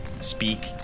speak